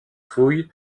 fouilles